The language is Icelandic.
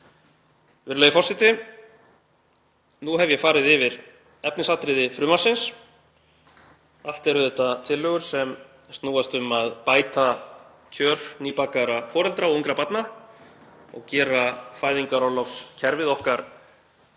sex mánuði. Virðulegi forseti. Nú hef ég farið yfir efnisatriði frumvarpsins. Allt eru þetta tillögur sem snúast um að bæta kjör nýbakaðra foreldra ungra barna og gera fæðingarorlofskerfið okkar